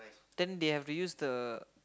then they have to use the